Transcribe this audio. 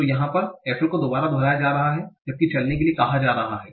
तो यहाँ FL दो बार दोहराया जा रहा है जबकि चलने के लिए कहा जा रहा है